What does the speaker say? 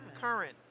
Current